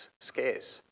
scarce